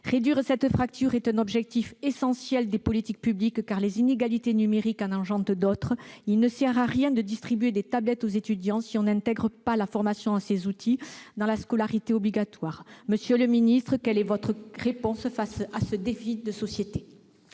Réduire cette fracture est un objectif essentiel des politiques publiques, car les inégalités numériques en engendrent d'autres. Il ne sert à rien de distribuer des tablettes aux étudiants si l'on n'intègre pas la formation à ces outils dans la scolarité obligatoire. Monsieur le secrétaire d'État, quelle est votre réponse face à ce défi de société ?